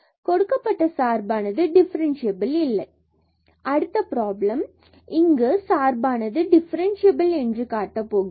எனவே கொடுக்கப்பட்ட சார்பானது டிஃபரன்ஸ்சியபில் இல்லை அடுத்த ப்ராப்ளம் இங்கு நாம் இங்கு சார்பானது டிஃபரன்ஸ்சியபில் என்று காட்டப் போகிறோம்